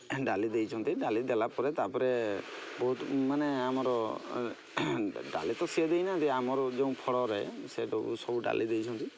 ଡାଲି ଦେଇଛନ୍ତି ଡାଲି ଦେଲାପରେ ତା'ପରେ ବହୁତ ମାନେ ଆମର ଡାଲି ତ ସେ ଦେଇନାହାନ୍ତି ଆମର ଯେଉଁ ଫଳରେ ସେ ସବୁ ଡାଲି ଦେଇଛନ୍ତି